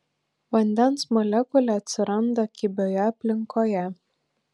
vandens molekulė atsiranda kibioje aplinkoje